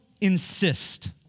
insist